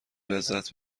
لذت